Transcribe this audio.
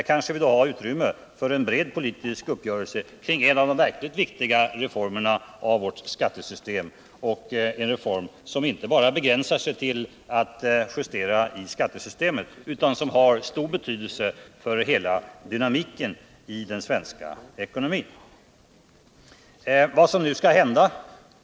Då kanske det finns utrymme för en bred politisk uppgörelse kring en av de verkligt viktiga reformerna av vårt skattesystem, en reform som f. ö. inte begränsar sig till att justera i skattesystemet utan har stor betydelse för hela dynamiken i den svenska ekonomin. Vad skall nu hända?